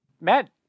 Matt